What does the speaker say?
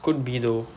could be the though